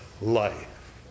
life